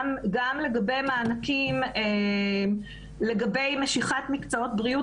גם לגבי מענקים לגבי משיכת מקצועות בריאות